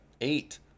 eight